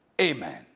amen